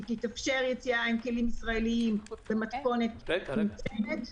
תתאפשר יציאה עם כלים ישראליים במתכונת מצומצמת,